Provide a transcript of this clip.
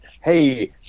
hey